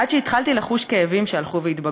עד שהתחלתי לחוש כאבים שהלכו והתגברו.